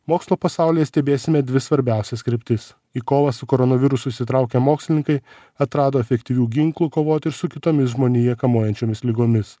mokslo pasaulyje stebėsime dvi svarbiausias kryptis į kovą su koronavirusu įsitraukę mokslininkai atrado efektyvių ginklų kovoti ir su kitomis žmoniją kamuojančiomis ligomis